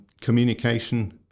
communication